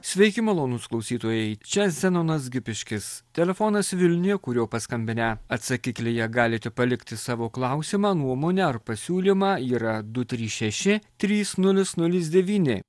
sveiki malonūs klausytojai čia zenonas gipiškis telefonas vilniuje kuriuo paskambinę atsakiklyje galite palikti savo klausimą nuomonę ar pasiūlymą yra du trys šeši trys nulis nulis devyni